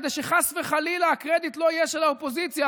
כדי שחס וחלילה הקרדיט לא יהיה של האופוזיציה,